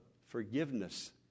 forgiveness